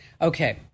Okay